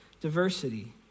diversity